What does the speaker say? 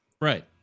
Right